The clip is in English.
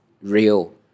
real